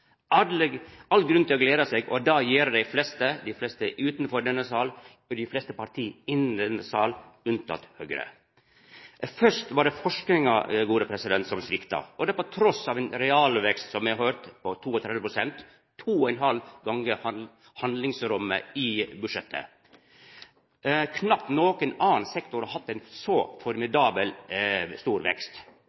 er all grunn til å glede seg, og det gjer dei fleste – dei fleste utanfor denne salen og dei fleste parti i denne salen, med unntak av Høgre. Først var det forskinga som svikta, trass i ein realvekst, som me har høyrt, på 32 pst. – 2,5 gonger handlingsrommet i budsjettet. Knapt nokon annan sektor har hatt ein så formidabel vekst.